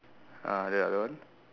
uh the other